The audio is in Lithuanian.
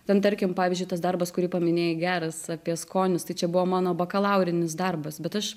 ten tarkim pavyzdžiui tas darbas kurį paminėjai geras apie skonius tai čia buvo mano bakalaurinis darbas bet aš